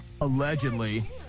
Allegedly